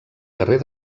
carrer